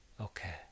okay